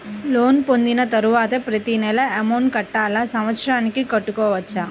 Loan పొందిన తరువాత ప్రతి నెల అమౌంట్ కట్టాలా? సంవత్సరానికి కట్టుకోవచ్చా?